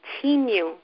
continue